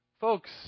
Folks